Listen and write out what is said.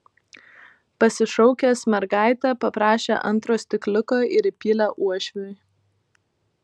pasišaukęs mergaitę paprašė antro stikliuko ir įpylė uošviui